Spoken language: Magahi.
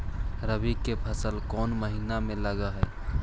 रबी की फसल कोन महिना में लग है?